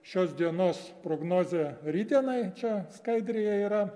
šios dienos prognozė rytdienai čia skaidrėje yra